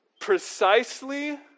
precisely